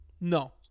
No